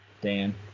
Dan